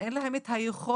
שאין להם את היכולת